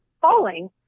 falling